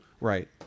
right